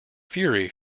fury